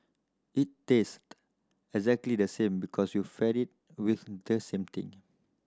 it taste exactly the same because you feed it with the same thing